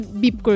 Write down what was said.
beep